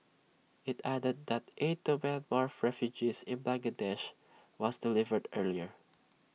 IT added that aid to Myanmar refugees in Bangladesh was delivered earlier